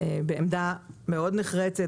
בעמדה נחרצת מאוד,